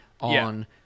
on